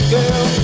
Girl